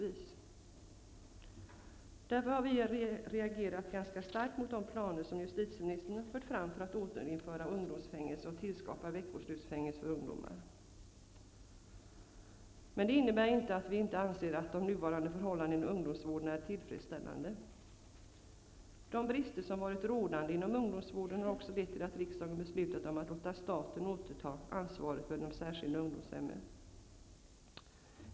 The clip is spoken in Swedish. Vi socialdemokrater har därför reagerat starkt mot de planer justitieministern har fört fram om att återinföra ungdomsfängelse och tillskapa veckoslutsfängelser för ungdomar. Men det innebär inte att vi anser att de nuvarande förhållandena i ungdomsvården är tillfredsställande. De brister som har varit rådande inom ungdomsvården har också lett till att riksdagen beslutat om att låta staten återta ansvaret för de särskilda ungdomshemmen.